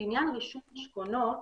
לעניין רישום משכונות,